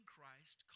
Christ